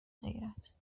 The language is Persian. غیرت